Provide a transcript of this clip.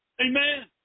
amen